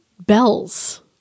bells